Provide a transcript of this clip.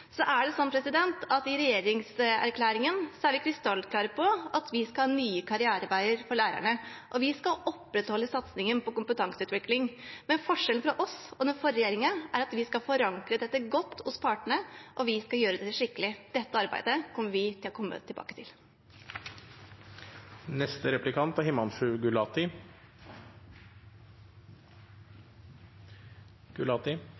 Så er det sånn at i regjeringserklæringen er vi krystallklare på at vi skal ha nye karriereveier for lærerne, og vi skal opprettholde satsingen på kompetanseutvikling. Forskjellen på oss og den forrige regjeringen er at vi skal forankre dette godt hos partene, og vi skal gjøre det skikkelig. Dette arbeidet kommer vi til å komme tilbake